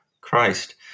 Christ